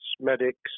medics